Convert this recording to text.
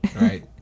right